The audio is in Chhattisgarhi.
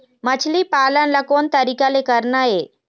मछली पालन ला कोन तरीका ले करना ये?